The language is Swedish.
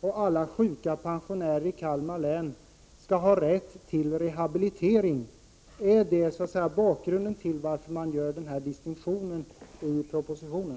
alla sjuka pensionärer i Kalmar län skall ha rätt till rehabilitering. Är det bakgrunden till att regeringen gör denna distinktion i propositionen?